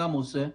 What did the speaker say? גם אני עושה.